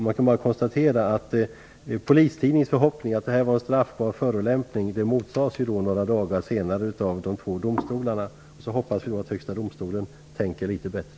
Man kan konstatera att Polistidningens förhoppning om att det var en straffbar förolämpning några dagar senare motsades av de två domstolarna. Vi får då hoppas att Högsta domstolen tänker litet bättre.